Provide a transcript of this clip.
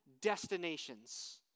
destinations